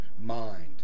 mind